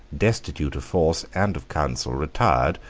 destitute of force and of counsel, retired,